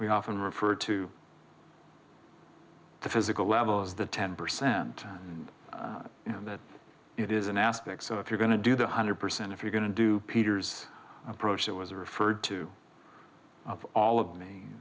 we often refer to the physical level as the ten percent and you know that it is an aspect so if you're going to do the hundred percent if you're going to do peter's approach it was referred to of all of me